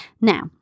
Now